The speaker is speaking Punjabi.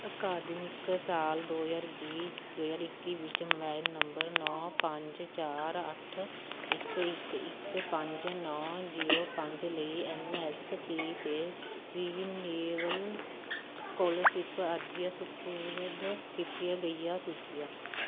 ਅਕਾਦਮਿਕ ਸਾਲ ਦੋ ਹਜ਼ਾਰ ਵੀਹ ਦੋ ਹਜ਼ਾਰ ਇੱਕੀ ਵਿੱਚ ਮੋਬਾਈਲ ਨੰਬਰ ਨੌ ਪੰਜ ਚਾਰ ਅੱਠ ਇੱਕ ਇੱਕ ਇੱਕ ਪੰਜ ਨੌ ਜ਼ੀਰੋ ਪੰਜ ਲਈ ਐੱਨ ਐੱਸ ਪੀ 'ਤੇ ਰਿਨਿਵੇਲ ਸਕੋਲਰਸ਼ਿਪ ਅਰਜ਼ੀਆਂ ਸਪੁਰਦ ਕੀਤੀਆਂ ਗਈਆਂ ਸੂਚੀਆਂ